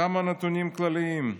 כמה נתונים כללים: